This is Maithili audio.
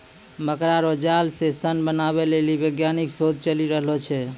मकड़ा रो जाल से सन बनाबै लेली वैज्ञानिक शोध चली रहलो छै